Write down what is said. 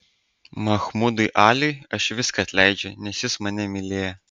mahmudui aliui aš viską atleidžiu nes jis mane mylėjo